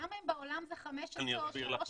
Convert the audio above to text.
למה אם זה בעולם זה חמש שעות או שלוש שעות,